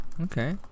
Okay